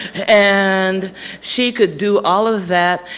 and she could do all of that.